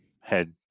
head